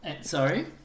Sorry